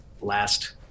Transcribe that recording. Last